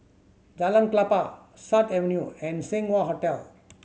Jalan Klapa Sut Avenue and Seng Wah Hotel